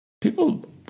People